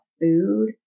food